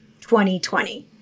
2020